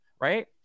right